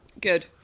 Good